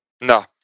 no